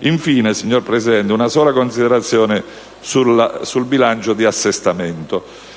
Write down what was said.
Infine, signor Presidente, una considerazione sul bilancio di assestamento.